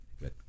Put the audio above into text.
good